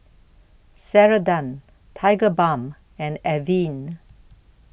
Ceradan Tigerbalm and Avene